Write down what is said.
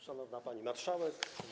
Szanowna Pani Marszałek!